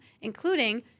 including